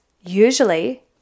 usually